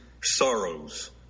sorrows